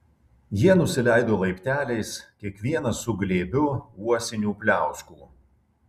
jie nusileido laipteliais kiekvienas su glėbiu uosinių pliauskų